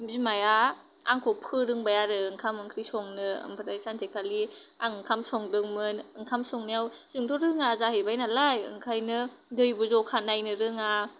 बिमाया आंखौ फोरोंबाय आरो ओंखाम ओंख्रि संनो ओमफ्राय सानसेखालि आं ओंखाम संदोंमोन ओंखाम संनायाव जोंथ' रोङा जाहैबाय नालाय ओंखायनो दैबो जखा नायनो रोङा